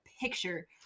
picture